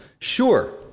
sure